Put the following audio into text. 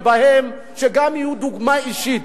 שגם יהיו דוגמה אישית